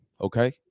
Okay